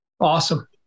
Awesome